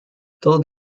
tod